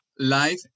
Life